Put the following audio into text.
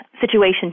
situation